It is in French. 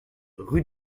rue